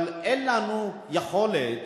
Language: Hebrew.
אבל אין לנו יכולת,